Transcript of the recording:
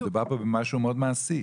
מדובר פה במשהו מאוד מעשי.